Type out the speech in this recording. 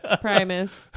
primus